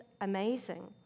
amazing